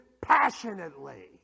passionately